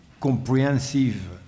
comprehensive